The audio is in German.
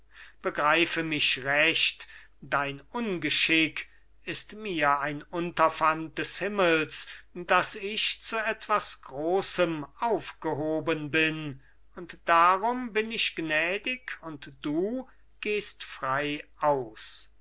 begreife mich recht dein ungeschick ist mir ein unterpfand des himmels daß ich zu etwas großem aufgehoben bin und darum bin ich gnädig und du gehst frei aus